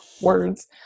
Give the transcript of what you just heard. words